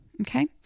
Okay